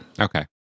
Okay